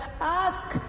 Ask